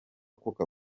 coca